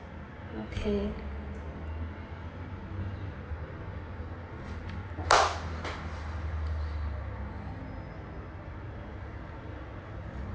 okay